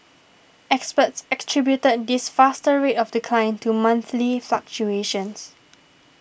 experts attributed this faster rate of decline to monthly fluctuations